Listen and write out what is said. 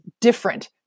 different